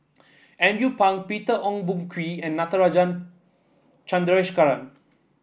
Andrew Phang Peter Ong Boon Kwee and Natarajan Chandrasekaran